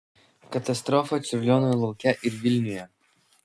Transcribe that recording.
katastrofa čiurlionio laukė ir vilniuje